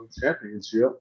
Championship